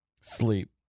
Sleep